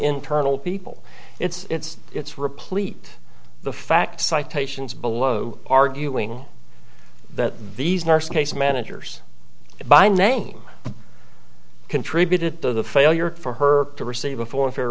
internal people it's it's replete the fact citations below arguing that these nurse case managers by name contributed to the failure for her to receive a foreign fair